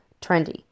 trendy